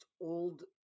old